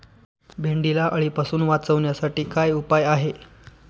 भेंडीला अळीपासून वाचवण्यासाठी काय उपाय आहे?